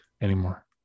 anymore